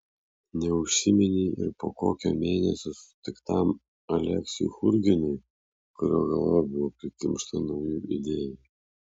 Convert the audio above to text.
neužsiminei ir po kokio mėnesio sutiktam aleksiui churginui kurio galva buvo prikimšta naujų idėjų